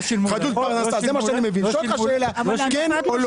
האם שילמת, כן או לא?